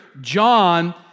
John